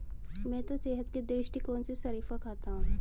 मैं तो सेहत के दृष्टिकोण से शरीफा खाता हूं